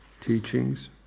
teachings